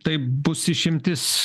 tai bus išimtis